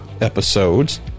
episodes